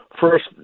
First